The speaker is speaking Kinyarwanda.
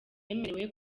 yemerewe